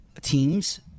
teams